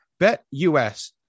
BetUS